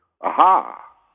aha